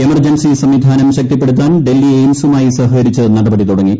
emergency സംവിധാനം ശക്തിപ്പെടുത്താൻ ഡൽഹി എയിംസുമായി സഹകരിച്ച് നടപടി തുടങ്ങി